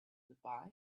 goodbye